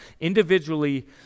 individually